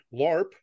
larp